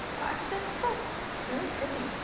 oh, actually, this girl's really pretty.